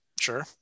Sure